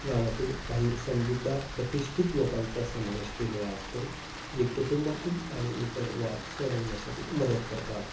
गावातील काही समजूदार प्रतिष्ठित लोकांचा समावेश केलेला असतो जे कुटुंबातील आणि इतर वाद सोडविण्या्साठी मदत करतात